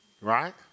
Right